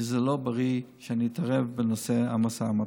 זה לא בריא שאני אתערב בנושא המשא ומתן.